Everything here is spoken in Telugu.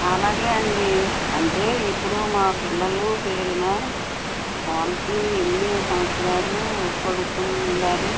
అలాగే అండి అంటే ఇప్పుడు మా పిల్లలు పేరున పాలసీ ఎన్ని సంవత్సరాలు పడుతుంది మరి